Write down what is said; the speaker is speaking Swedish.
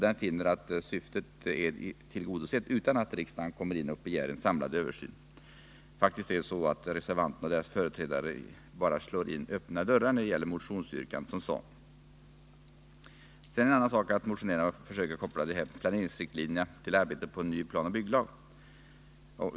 Den finner att motionens syfte är tillgodosett utan att riksdagen begär en samlad översyn. Det är faktiskt så att reservanterna och deras företrädare här bara slår in öppna dörrar när det gäller motionsyrkandet som sådant. En annan sak är att motionärerna försöker koppla de här aktuella planeringsriktlinjerna till arbetet på en ny planoch bygglag.